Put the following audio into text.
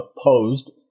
opposed